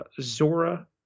Zora